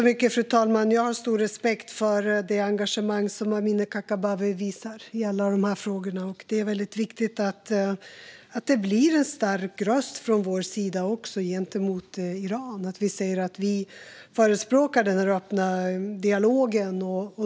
Fru talman! Jag har stor respekt för det engagemang som Amineh Kakabaveh visar i alla de här frågorna. Det är väldigt viktigt att det blir en stark röst från vår sida gentemot Iran och att vi säger att vi förespråkar en öppen dialog.